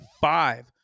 five